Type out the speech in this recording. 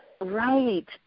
Right